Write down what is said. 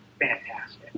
fantastic